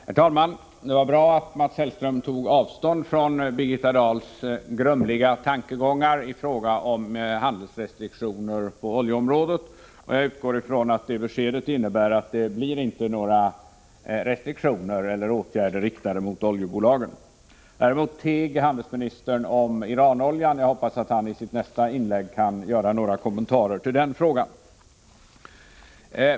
Herr talman! Det var bra att Mats Hellström tog avstånd från Birgitta Dahls grumliga tankegångar i fråga om handelsrestriktioner på oljeområdet. Jag utgår från att det beskedet innebär att det inte blir några restriktioner eller några åtgärder riktade mot oljebolagen. Däremot teg handelsministern om Iranoljan. Jag hoppas att han i sitt nästa inlägg kan göra några kommentarer till den frågan.